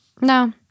No